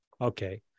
Okay